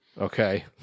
Okay